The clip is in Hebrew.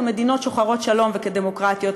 כמדינות שוחרות שלום וכדמוקרטיות,